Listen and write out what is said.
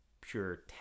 pure